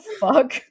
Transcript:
fuck